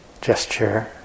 gesture